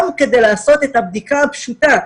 גם כדי לעשות את הבדיקה הפשוטה,